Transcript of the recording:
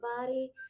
body